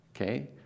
okay